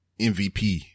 MVP